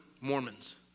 Mormons